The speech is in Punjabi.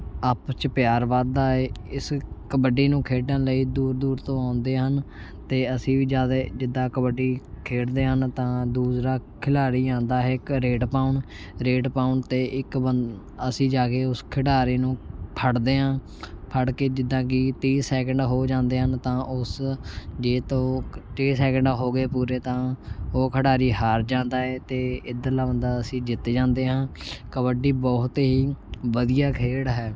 ਆਪਸ 'ਚ ਪਿਆਰ ਵੱਧਦਾ ਹੈ ਇਸ ਕਬੱਡੀ ਨੂੰ ਖੇਡਣ ਲਈ ਦੂਰ ਦੂਰ ਤੋਂ ਆਉਂਦੇ ਹਨ ਅਤੇ ਅਸੀਂ ਵੀ ਜ਼ਿਆਦਾ ਜਿੱਦਾਂ ਕਬੱਡੀ ਖੇਡਦੇ ਹਨ ਤਾਂ ਦੂਸਰਾ ਖਿਲਾੜੀ ਆਉਂਦਾ ਹੈ ਇੱਕ ਰੇਡ ਪਾਉਣ ਰੇਡ ਪਾਉਣ 'ਤੇ ਇੱਕ ਬੰ ਅਸੀਂ ਜਾ ਕੇ ਉਸ ਖਿਡਾਰੀ ਨੂੰ ਫੜਦੇ ਹਾਂ ਫੜ ਕੇ ਜਿੱਦਾਂ ਕਿ ਤੀਹ ਸੈਕਿੰਡ ਹੋ ਜਾਂਦੇ ਹਨ ਤਾਂ ਉਸ ਜੇ ਤੋਂ ਤੀਹ ਸੈਕਿੰਡਾਂ ਹੋ ਗਏ ਪੂਰੇ ਤਾਂ ਉਹ ਖਿਡਾਰੀ ਹਾਰ ਜਾਂਦਾ ਹੈ ਅਤੇ ਇੱਧਰਲਾ ਬੰਦਾ ਅਸੀਂ ਜਿੱਤ ਜਾਂਦੇ ਹਾਂ ਕਬੱਡੀ ਬਹੁਤ ਹੀ ਵਧੀਆ ਖੇਡ ਹੈ